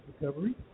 recovery